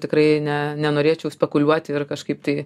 tikrai ne nenorėčiau spekuliuoti ir kažkaip tai